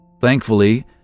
Thankfully